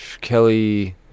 Kelly